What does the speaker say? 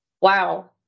Wow